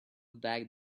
back